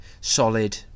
solid